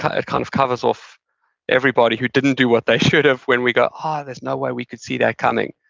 ah it kind of covers off everybody who didn't do what they should have when we go, oh, um ah there's no way we could see that coming.